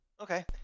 Okay